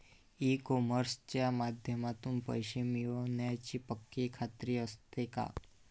E कॉमर्सच्या माध्यमातून पैसे मिळण्याची पक्की खात्री असते का?